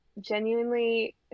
genuinely